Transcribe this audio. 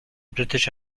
british